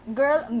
girl